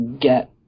get